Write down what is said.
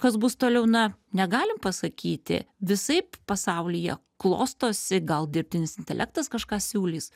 kas bus toliau na negalim pasakyti visaip pasaulyje klostosi gal dirbtinis intelektas kažką siūlys